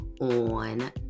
on